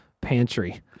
pantry